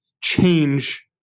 change